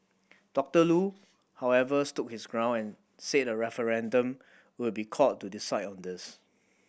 Doctor Loo however stood his ground and said a referendum could be called to decide on this